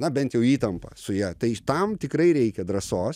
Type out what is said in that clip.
na bent jau įtampa su ja tai tam tikrai reikia drąsos